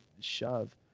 shove